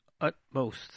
utmost